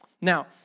Now